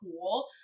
cool